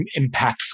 impactful